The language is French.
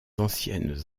anciennes